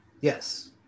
yes